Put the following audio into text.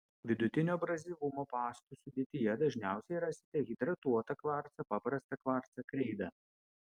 vidutinio abrazyvumo pastų sudėtyje dažniausiai rasite hidratuotą kvarcą paprastą kvarcą kreidą